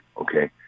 okay